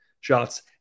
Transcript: shots